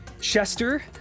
Chester